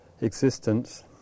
existence